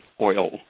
oil